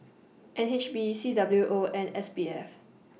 N H B C W O and S B F